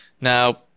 Now